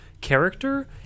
Character